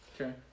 okay